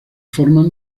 forman